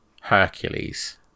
hercules